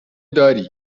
داری